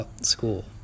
school